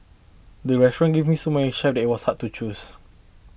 the restaurant gave me so many it was hard to choose